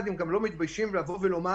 הם גם לא מתביישים לבוא ולומר: